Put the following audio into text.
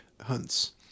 hunts